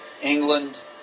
England